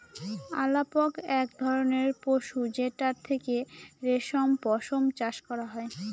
আলাপক এক ধরনের পশু যেটার থেকে রেশম পশম চাষ করা হয়